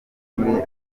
ambulance